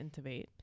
intubate